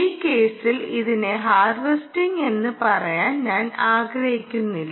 ഈ കേസിൽ ഇതിനെ ഹാർവെസ്റ്റിംഗ് എന്ന് പറയാൻ ഞാൻ ആഗ്രഹിക്കുന്നില്ല